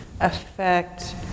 affect